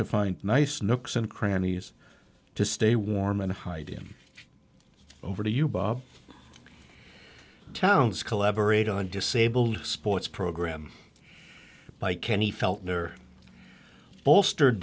to find nice nooks and crannies to stay warm and hide him over to you bob towns collaborate on disabled sports program by kenny feltner bolstered